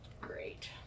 Great